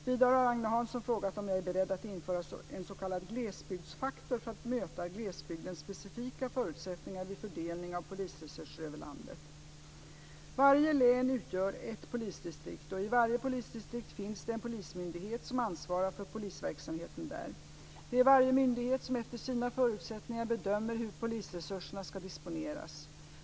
Vidare har Agne Hansson frågat om jag är beredd att införa en s.k. glesbygdsfaktor för att möta glesbygdens specifika förutsättningar vid fördelning av polisresurser över landet. Varje län utgör ett polisdistrikt och i varje polisdistrikt finns det en polismyndighet som ansvarar för polisverksamheten där. Det är varje myndighet som efter sina förutsättningar bedömer hur polisresurserna ska disponeras.